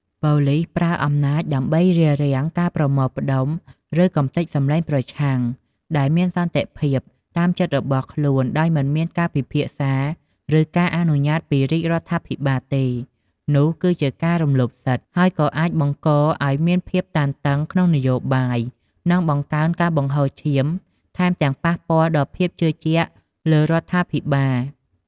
បើប៉ូលីសប្រើអំណាចដើម្បីរារាំងការប្រមូលផ្តុំ ឬកម្ទេចសម្លេងប្រឆាំងដែលមានសន្តិភាព តាមចិត្តរបស់ខ្លួនដោយមិនមានការពិភាក្សាឬការអនុញ្ញាតពីរាជរដ្ឋាភិបាលទេ នោះគឺជាការរំលោភសិទ្ធិ ហើយក៏អាចបង្កឱ្យមានភាពតានតឹងក្នុងនយោបាយ និងបង្កើនការបង្ហូរឈាម ថែមទាំងប៉ះពាល់ដល់ភាពជឿជាក់លើរដ្ឋាភិបាល។